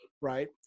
Right